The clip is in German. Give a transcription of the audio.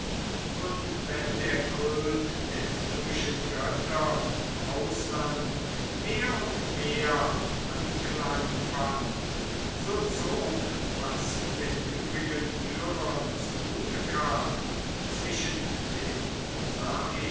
und wenn der kult der syrischen götter im ausland mehr und mehr anklang fand so zog was den übrigen syrern zugute kam zwischen den